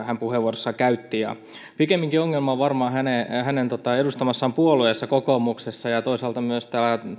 hän puheenvuorossaan sinänsä käytti pikemminkin ongelma on varmaan hänen hänen edustamassaan puolueessa kokoomuksessa ja toisaalta